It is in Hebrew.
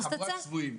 אתם חבורת צבועים.